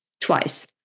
twice